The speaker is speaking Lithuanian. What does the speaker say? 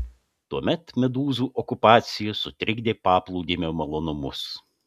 tuomet medūzų okupacija sutrikdė paplūdimio malonumus